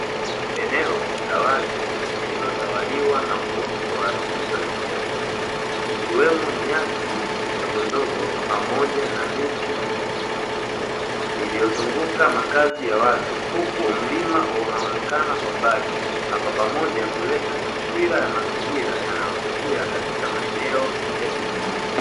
Eneo la wazi lililotawaliwa na uoto wa asili wa kijani ikiwemo nyasi ndogondogo pamoja na miti mingi iliyozunguka makazi ya watu, huku mlima unaoonekana kwa mbali. Na kwa pamoja kuleta taswira ya mazingira yanayovutia katika maeneo ya kijijini.